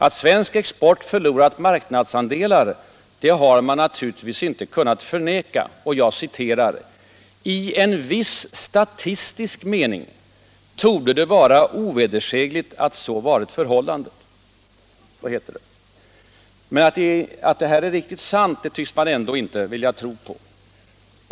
Att svensk export har förlorat marknadsandelar har man naturligtvis inte kunnat förneka: ”I en viss Allmänpolitisk debatt Allmänpolitisk debatt statistisk mening torde det vara ovedersägligt att så varit förhållandet”, heter det. Men att detta är riktigt sant tycks man ändå inte vilja tro.